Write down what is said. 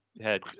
head